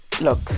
look